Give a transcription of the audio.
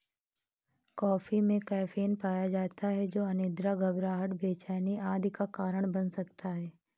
coffee में caffeine पाया जाता है जो अनिद्रा, घबराहट, बेचैनी आदि का कारण बन सकता है